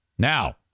Now